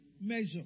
measure